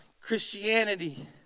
Christianity